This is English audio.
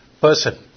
person